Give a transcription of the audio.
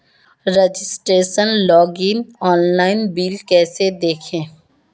Registration login online bill कैसे देखें?